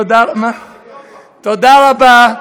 תודה רבה.